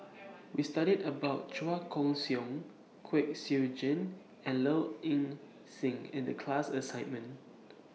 We studied about Chua Koon Siong Kwek Siew Jin and Low Ing Sing in The class assignment